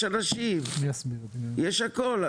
יש אנשים, יש הכל.